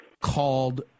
called